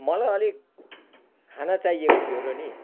मलाई अलिक खाना चाहिएको थियो र नि